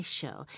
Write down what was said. show